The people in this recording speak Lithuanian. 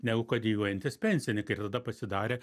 negu kad dejuojantys pensininkai ir tada pasidarė